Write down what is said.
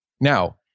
Now